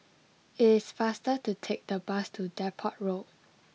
it is faster to take the bus to Depot Road